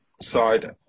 side